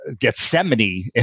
gethsemane